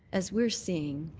as we're seeing,